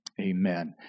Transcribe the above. Amen